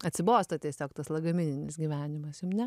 atsibosta tiesiog tas lagamininis gyvenimas jum ne